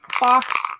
box